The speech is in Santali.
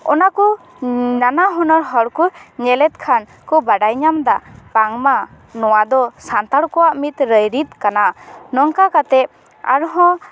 ᱚᱱᱟ ᱠᱚ ᱱᱟᱱᱟ ᱦᱩᱱᱟᱹᱨ ᱦᱚᱲ ᱠᱚ ᱧᱮᱞᱮᱫ ᱠᱷᱟᱱ ᱠᱚ ᱵᱟᱰᱟᱭ ᱧᱟᱢ ᱫᱟ ᱵᱟᱝᱢᱟ ᱱᱚᱣᱟ ᱫᱚ ᱥᱟᱱᱛᱟᱲ ᱠᱚᱣᱟᱜ ᱢᱤᱫ ᱨᱟᱹᱭᱨᱤᱛ ᱠᱟᱱᱟ ᱱᱚᱝᱠᱟ ᱠᱟᱛᱮ ᱟᱨᱦᱚᱸ